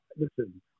listen